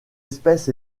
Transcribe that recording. espèce